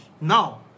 now